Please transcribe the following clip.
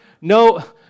no